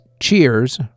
Cheers